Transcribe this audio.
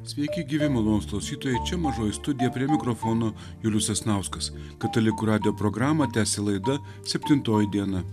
sveiki gyvi malonūs klausytojai čia mažoji studija prie mikrofono julius sasnauskas katalikų radijo programą tęsia laida septintoji diena